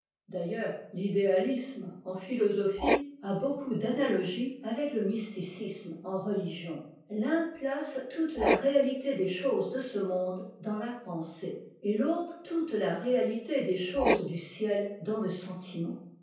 d'ailleurs l'idéalisme en philosophie a beaucoup d'analogie avec le mysticisme en religion l'un place toute la réalité des choses de ce monde dans la pensée et l'autre toute la réalité des choses du ciel dans le sentiment